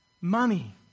Money